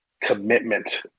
commitment